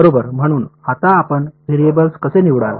बरोबर म्हणून आता आपण व्हेरिएबल्स कसे निवडाल